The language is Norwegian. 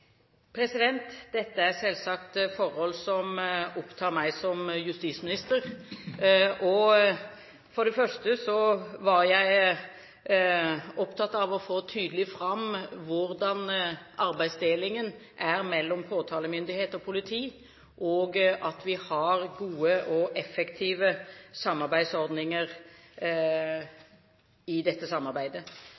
Dette er selvsagt forhold som opptar meg som justisminister. For det første var jeg opptatt av å få tydelig fram hvordan arbeidsdelingen er mellom påtalemyndighet og politi, og at vi har gode og effektive samarbeidsordninger